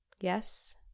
yes